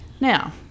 Now